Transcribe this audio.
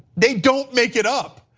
they don't make it up.